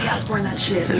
osbourne that shit,